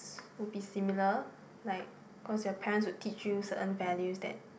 would be similar like cause your parents would teach you certain values that